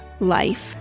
Life